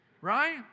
Right